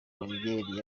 guelleh